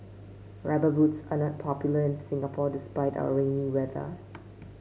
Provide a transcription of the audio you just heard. rubber boots are not popular in Singapore despite our rainy weather